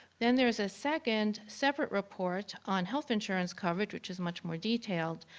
then there's a second separate report on health insurance coverage which is much more detailed.